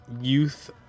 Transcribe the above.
youth